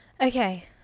Okay